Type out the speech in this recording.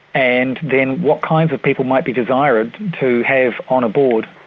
and then what kinds of people might be desired to have on a board.